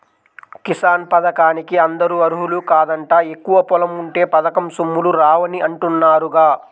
కిసాన్ పథకానికి అందరూ అర్హులు కాదంట, ఎక్కువ పొలం ఉంటే పథకం సొమ్ములు రావని అంటున్నారుగా